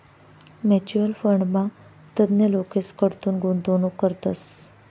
mutual फंडमा तज्ञ लोकेसकडथून गुंतवणूक करतस